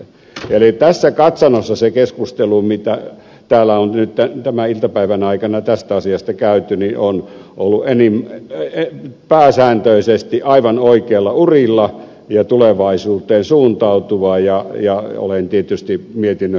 eli tässä katsannossa se keskustelu mitä täällä on tämän iltapäivän aikana tästä asiasta käyty on ollut pääsääntöisesti aivan oikeilla urilla ja tulevaisuuteen suuntautuvaa ja olen tietysti mietinnön hyväksymisen kannalla